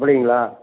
அப்படிங்களா